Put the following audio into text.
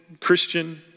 Christian